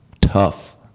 tough